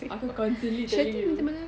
aku constantly telling you